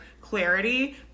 clarity